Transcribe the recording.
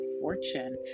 fortune